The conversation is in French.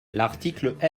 l’article